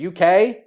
UK